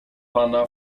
pana